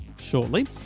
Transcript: shortly